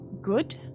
good